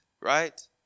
right